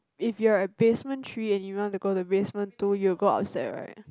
if you're at basement three and you want to go to basement two you will go upstairs right